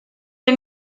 der